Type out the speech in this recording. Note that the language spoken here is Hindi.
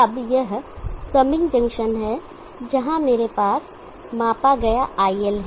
अब यह समिंग जंक्शन है जहां मेरे पास मापा गया IL है